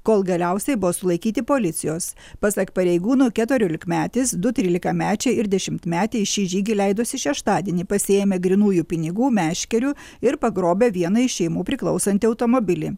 kol galiausiai buvo sulaikyti policijos pasak pareigūnų keturiolikmetis du trylikamečiai ir dešimtmetė į šį žygį leidosi šeštadienį pasiėmę grynųjų pinigų meškerių ir pagrobę vienai iš šeimų priklausantį automobilį